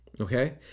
Okay